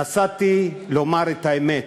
נסעתי לומר את האמת,